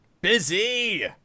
Busy